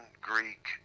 Greek